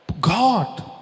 God